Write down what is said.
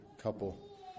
couple